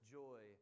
joy